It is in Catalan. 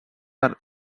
per